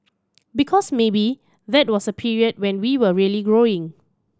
because maybe that was a period when we were really growing